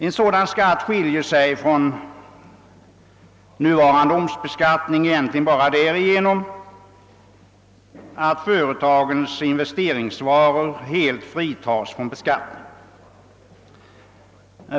En sådan skatt skiljer sig från omsättningsskatten bara däri att företagens investeringsvaror helt fritas från beskattning.